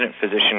Physician